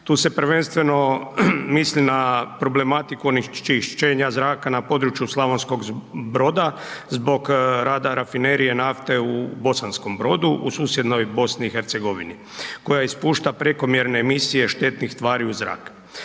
Tu se prvenstveno misli na problematiku onečišćenja zraka na području Slavonskog Broda, zbog rada rafinerije nafte u Bosanskom Brodu, u susjednoj BiH koja ispušta prekomjerne emisije štetnih tvari u zrak.